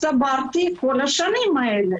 שצברתי במשך השנים האלה.